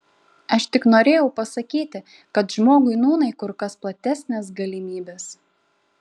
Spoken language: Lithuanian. aš tik norėjau pasakyti kad žmogui nūnai kur kas platesnės galimybės